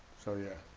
so yeah.